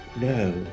No